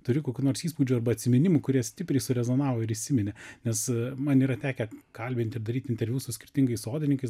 turi kokių nors įspūdžių arba atsiminimų kurie stipriai surezonavo ir įsiminė nes man yra tekę kalbint ir daryti interviu su skirtingais sodininkais